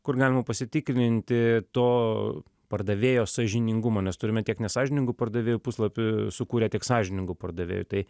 kur galima pasitikrinti to pardavėjo sąžiningumą nes turime tiek nesąžiningų pardavėjų puslapį sukūrę tiek sąžiningų pardavėjų tai